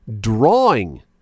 drawing